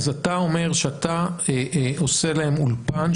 אז אתה אומר שאתה עושה להם אולפן,